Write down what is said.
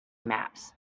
maps